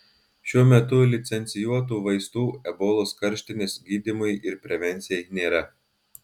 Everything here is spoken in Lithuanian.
šiuo metu licencijuotų vaistų ebolos karštinės gydymui ir prevencijai nėra